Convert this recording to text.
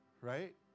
Right